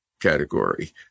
category